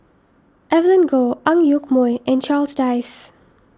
Evelyn Goh Ang Yoke Mooi and Charles Dyce